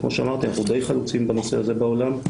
וכמו שאמרתי, אנחנו די חלוצים בנושא הזה בעולם,